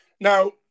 Now